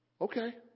Okay